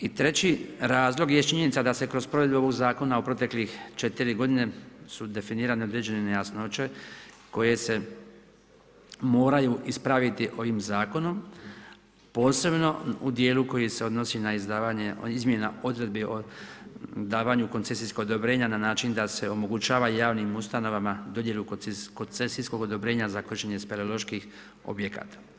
I treći razlog jest činjenica da se kroz provedbu ovog zakona o proteklih četiri godine su definirane određene nejasnoće koje se moraju ispraviti ovim zakonom, posebno u dijelu koji se odnosi na izmjena odredbi o davanju koncesijskog odobrenja na način da se omogućava javnim ustanovama dodjelu koncesijskog odobrenja za kršenje speleoloških objekata.